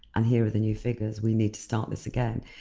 and here are the new figures, we need to start this again.